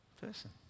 person